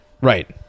right